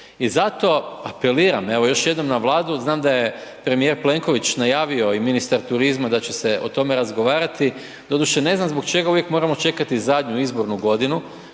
I zato, apeliram, evo još jednom na Vladu, znam da je premijer Plenković najavio i ministar turizma da će se o tome razgovarati. Doduše, ne znam zbog čega uvijek moramo čekati zadnju izbornu godinu,